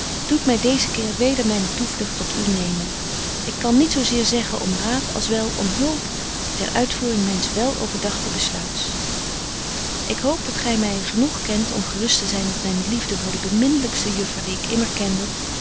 doet my deeze keer weder mynen toevlugt tot u nemen ik kan niet zo zeer zeggen om raad als wel om hulp ter uitvoering myns wel overdagten besluits ik hoop dat gy my genoeg kent om gerust te zyn dat myne liefde voor de beminnelykste juffer die ik immer kende